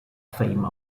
fame